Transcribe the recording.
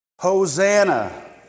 Hosanna